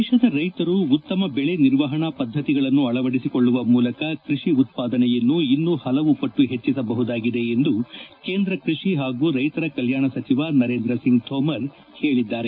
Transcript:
ದೇಶದ ರೈತರು ಉತ್ತಮ ಬೆಳೆ ನಿರ್ವಹಣಾ ಪದ್ದತಿಗಳನ್ನು ಅಳವಡಿಸಿಕೊಳ್ಳುವ ಮೂಲಕ ಕೃಷಿ ಉತ್ಪಾದನೆಯನ್ನು ಇನ್ನೂ ಪಲವು ಪಟ್ಲು ಹೆಚ್ಚಿಸಬಹುದಾಗಿದೆ ಎಂದು ಕೇಂದ್ರ ಕ್ಕಷಿ ಹಾಗೂ ರೈತರ ಕಲ್ಲಾಣ ಸಚವ ನರೇಂದ್ರ ಸಿಂಗ್ ತೋಮರ್ ಹೇಳಿದ್ದಾರೆ